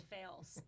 fails